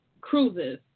cruises